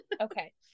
Okay